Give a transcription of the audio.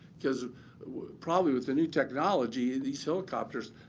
because it would probably with the new technology these helicopters,